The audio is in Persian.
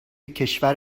کشور